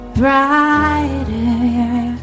brighter